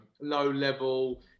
low-level